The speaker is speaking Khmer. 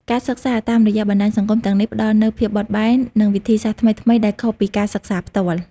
ការសិក្សាតាមរយៈបណ្ដាញសង្គមទាំងនេះផ្តល់នូវភាពបត់បែន និងវិធីសាស្ត្រថ្មីៗដែលខុសពីការសិក្សាផ្ទាល់។